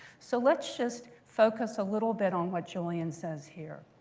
so let's just focus a little bit on what julian says here.